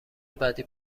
بعدی